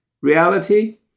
reality